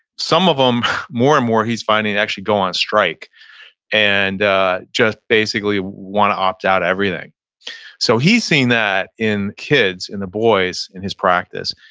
some of them more and more he's finding actually go on strike and just basically want to opt out everything so he's seen that in kids, in the boys in his practice.